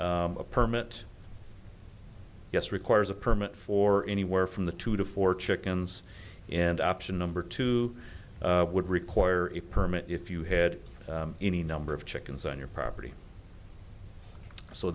a permit yes requires a permit for anywhere from the two to four chickens and option number two would require it permit if you had any number of chickens on your property so